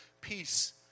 peace